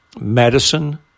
medicine